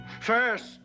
First